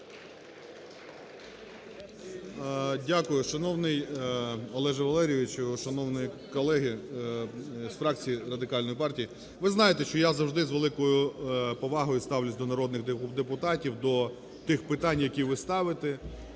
Дякую. Шановний Олегу Валерійовичу, шановні колеги з фракції Радикальної партії, ви знаєте, що завжди з великою повагою ставлюся до народних депутатів, до тих питань, які ви ставите.